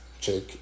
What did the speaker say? check